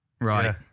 Right